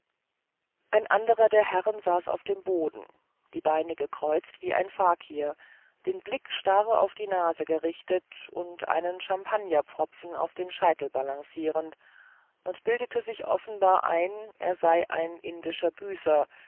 ein anderer der herren saß auf dem boden die beine gekreuzt wie ein fakir den blick starr auf die nase gerichtet und einen champagnerpfropfen auf dem scheitel balancierend und bildete sich offenbar ein er sei ein indischer büßer